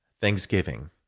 Thanksgiving